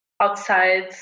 outside